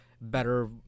better